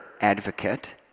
advocate